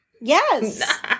Yes